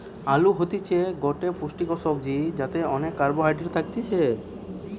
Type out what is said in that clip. আলু হতিছে গটে পুষ্টিকর সবজি যাতে অনেক কার্বহাইড্রেট থাকতিছে